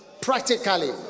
practically